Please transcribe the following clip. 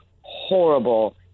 horrible